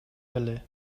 эле